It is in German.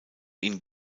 ihn